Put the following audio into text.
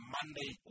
Monday